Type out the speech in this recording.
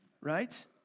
right